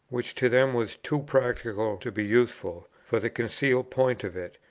which to them was too practical to be useful, for the concealed point of it,